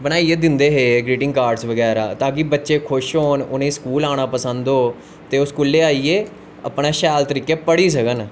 बनाईयै दिंदे हे ग्रीटिंग कार्ड बगैरा ताकि बच्चें गी पसंद आन ओह् स्कूल आना पसंद हो ते ओह् स्कूले गी आईयै शैल तरीके पढ़ी सकन